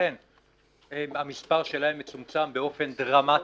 לכן המספר שלהם מצומצם באופן דרמטי.